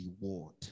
reward